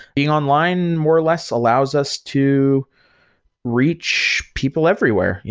being online more or less allows us to reach people everywhere. yeah